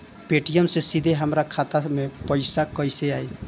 Paytm से सीधे हमरा खाता मे पईसा कइसे आई?